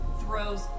throws